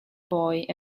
boy